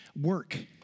Work